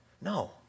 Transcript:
No